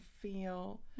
feel